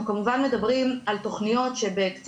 אנחנו כמובן מדברים על תכניות שבקצה